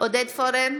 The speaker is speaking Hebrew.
עודד פורר,